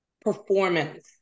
performance